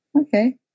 Okay